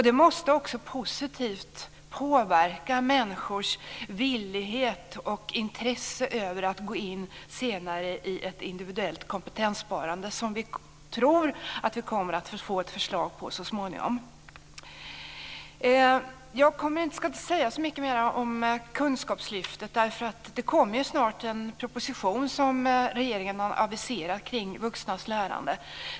Det måste också positivt påverka människors villighet och intresse när det gäller att senare gå in i ett individuellt kompetenssparande som vi tror att vi kommer att få ett förslag om så småningom. Jag ska inte säga så mycket mer om Kunskapslyftet. Det kommer snart en proposition som regeringen har aviserat kring vuxnas lärande.